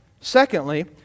Secondly